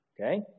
Okay